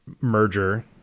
merger